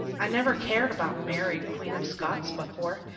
i never cared about mary, queen of scots, before,